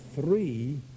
three